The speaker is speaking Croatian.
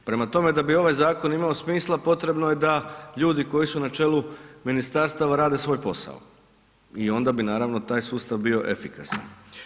Prema tome, da bi ovaj zakon imao smisla potrebno je da ljudi koji su na čelu ministarstava rade svoje posao i onda bi naravno taj sustav bio efikasan.